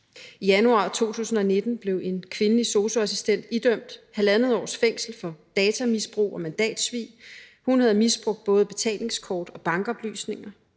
I januar 2019 blev en kvindelig sosu-assistent idømt 1½ års fængsel for datamisbrug og mandatsvig; hun havde misbrugt både betalingskort og bankoplysninger.